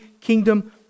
kingdom